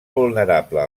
vulnerable